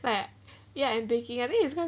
ya and baking I mean it's